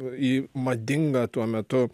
į madingą tuo metu